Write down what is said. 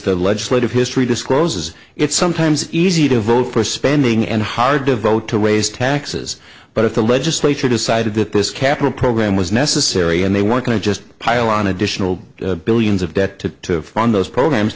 the legislative history discloses it's sometimes easy to vote for spending and hard to vote to raise taxes but if the legislature decided that this capital program was necessary and they want to just pile on additional billions of debt to fund those programs